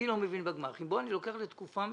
אני לא מבין בגמ"חים ולכן אני לוקח לתקופה מסוימת,